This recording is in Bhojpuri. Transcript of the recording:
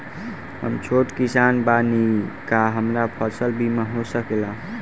हम छोट किसान बानी का हमरा फसल बीमा हो सकेला?